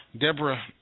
Deborah